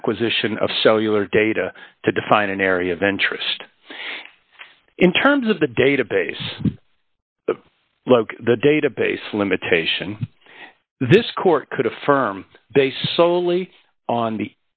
acquisition of cellular data to define an area of interest in terms of the database like the database limitation this court could affirm based solely on the